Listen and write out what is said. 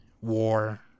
war